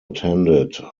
attended